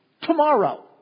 tomorrow